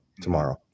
tomorrow